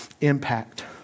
impact